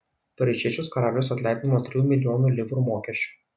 paryžiečius karalius atleido nuo trijų milijonų livrų mokesčių